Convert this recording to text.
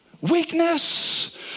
Weakness